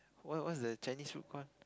what what that's Chinese food call